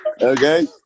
Okay